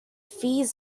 fees